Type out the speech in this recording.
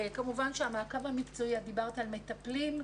כמובן שהמעקב המקצועי את דיברת על מטפלים,